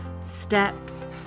steps